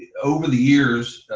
over the years,